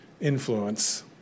influence